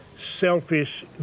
selfish